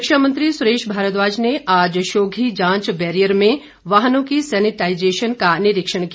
शिक्षा मंत्री सुरेश भारद्वाज ने आज शोधी जांच बैरियर में वाहनों की सैनिटाईजेशन का निरीक्षण किया